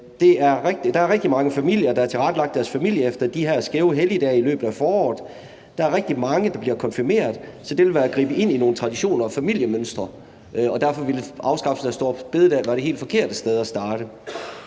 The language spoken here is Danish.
Der er rigtig mange familier, der har tilrettelagt deres familieliv efter de skæve helligdage i løbet af foråret. Der er rigtig mange, der bliver konfirmeret, så det vil være at gribe ind i nogle traditioner og familiemønstre. Derfor ville afskaffelsen af store bededag være det helt forkerte sted at starte.